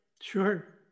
Sure